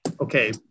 okay